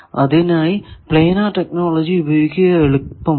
അതിനായി planar technology ഉപയോഗിക്കുക എളുപ്പമാണ്